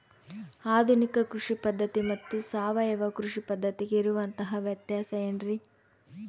ಆಧುನಿಕ ಕೃಷಿ ಪದ್ಧತಿ ಮತ್ತು ಸಾವಯವ ಕೃಷಿ ಪದ್ಧತಿಗೆ ಇರುವಂತಂಹ ವ್ಯತ್ಯಾಸ ಏನ್ರಿ?